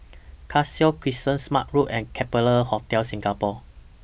Cassia Crescent Smart Road and Capella Hotel Singapore